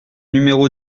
numéro